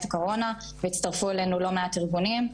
הקורונה והצטרפו אלינו לא מעט ארגונים,